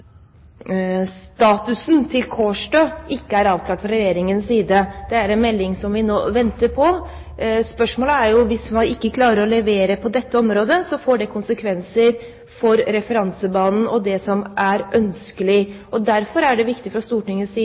statusen til Kårstø ikke er avklart fra Regjeringens side. Det er en melding som vi nå venter på. Hvis man ikke klarer å levere på dette området, får det konsekvenser for referansebanen og det som er ønskelig. Derfor er det viktig fra Stortingets side